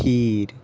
खीर